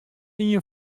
ien